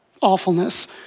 awfulness